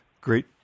great